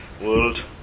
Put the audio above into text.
world